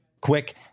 quick